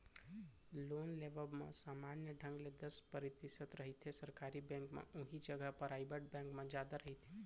loan लेवब म समान्य ढंग ले दस परतिसत रहिथे सरकारी बेंक म उहीं जघा पराइबेट बेंक म जादा रहिथे